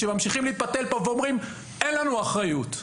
שממשיכים להתפתל פה ואומרים: "אין לנו אחריות".